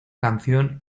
canción